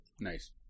Nice